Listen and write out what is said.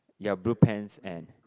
ya blue pants and